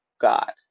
God